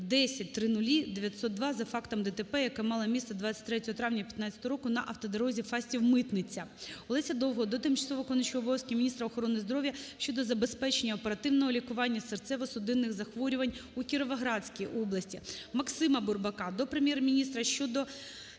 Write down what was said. за фактом ДТП, яке мало місце 23 травня 2015 року на автодорозі Фастів-Митниця. Олеся Довгого до тимчасово виконуючої обов'язки міністра охорони здоров'я щодо забезпечення оперативного лікування серцево-судинних захворювань у Кіровоградській області. Максима Бурбака до Прем'єр-міністра щодо